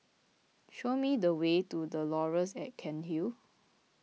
show me the way to the Laurels at Cairnhill